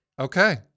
okay